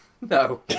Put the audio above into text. No